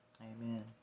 Amen